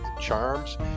charms